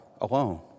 alone